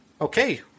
Okay